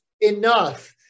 enough